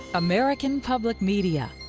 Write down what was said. american public media